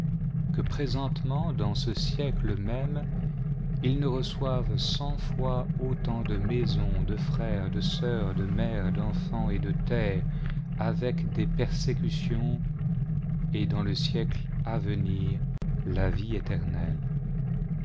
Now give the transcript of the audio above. que présentement dans ce siècle même il ne reçoive cent fois autant de maisons de frères de sœurs de mères d'enfants et de terres avec des persécutions et dans le siècle à venir la vie éternelle